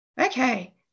Okay